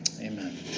Amen